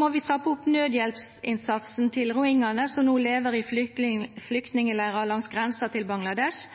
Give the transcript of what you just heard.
må vi trappe opp nødhjelpsinnsatsen til rohingyaene som nå lever i flyktningleirer langs grensen til Bangladesh.